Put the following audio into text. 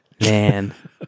Man